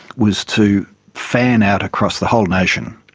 was to fan out across the whole nation